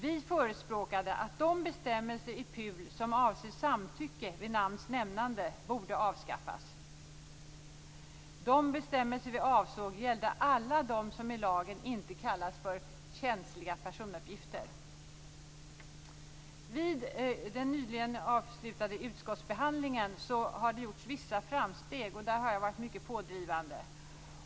Vi förespråkade att de bestämmelser i PUL som avser samtycke vid namns nämnande borde avskaffas. De bestämmelser vi avsåg gällde alla de som i lagen inte kallas för känsliga personuppgifter. Vid den nyligen avslutade utskottsbehandlingen gjordes vissa framsteg, och där har jag varit mycket pådrivande.